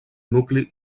nucli